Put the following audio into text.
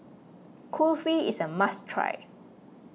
Kulfi is a must try